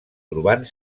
trobant